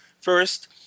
First